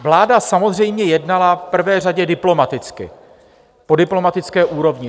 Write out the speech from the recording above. Vláda samozřejmě jednala v prvé řadě diplomaticky, po diplomatické úrovni.